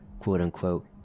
quote-unquote